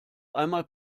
einmal